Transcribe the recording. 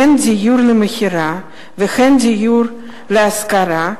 הן דיור למכירה והן דיור להשכרה,